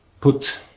put